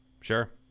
Sure